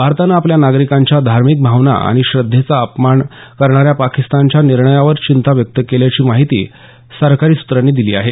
भारतानं आपल्या नागरिकांच्या धार्मिक भावना आणि श्रद्धेचा अपमान करणाऱ्या पाकिस्तानच्या निर्णयावर चिंता व्यक्त केल्याची माहिती सरकारी सुत्रांनी दिली आहे